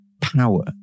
power